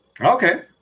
Okay